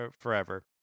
forever